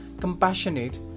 compassionate